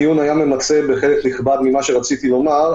הדיון היה ממצה בחלק נכבד ממה שרציתי לומר,